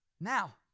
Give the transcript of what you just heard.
Now